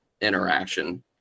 interaction